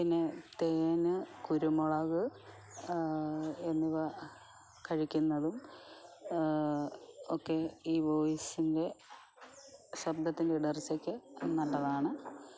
പിന്നെ തേന് കുരുമുളക് എന്നിവ കഴിക്കുന്നതും ഒക്കെ ഈ വോയിസിൻ്റെ ശബ്ദത്തിൻ്റെ ഇടർച്ചയ്ക്ക് നല്ലതാണ്